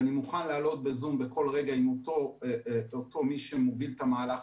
ואני מוכן לעלות בזום בכל רגע עם מי שמוביל את המהלך